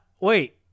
Wait